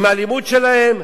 מהאלימות שלהם,